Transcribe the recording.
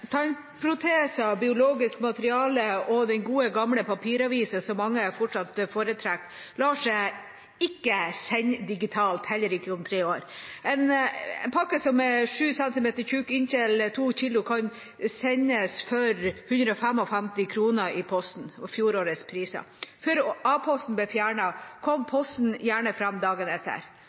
Tannproteser, biologisk materiale og den gode gamle papiravisen som mange fortsatt foretrekker, lar seg ikke sende digitalt, heller ikke om tre år. En pakke som er 7 cm tykk og inntil 2 kg kan sendes for 155 kr i posten etter fjorårets priser. Før A-posten ble fjernet, kom posten gjerne fram dagen etter.